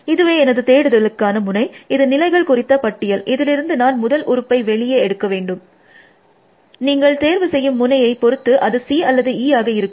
இதுவே எனது தேடுதலுக்கான முனை இது நிலைகள் குறித்த பட்டியல் இதிலிருந்து நான் முதல் உறுப்பை வெளியே எடுக்க வேண்டும் நீங்கள் தேர்வு செய்யும் முனையை பொறுத்து அது C அல்லது Eயாக இருக்கும்